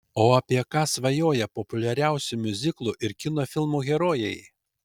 o apie ką svajoja populiariausių miuziklų ir kino filmų herojai